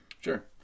Sure